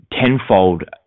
tenfold